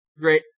great